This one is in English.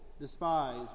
despise